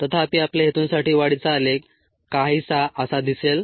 तथापि आपल्या हेतूंसाठी वाढीचा आलेख काहीसा असा दिसेल